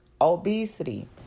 obesity